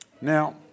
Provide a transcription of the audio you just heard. Now